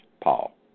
Paul